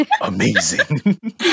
amazing